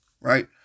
right